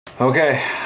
Okay